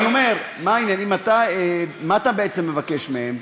מה אתה מבקש מהם?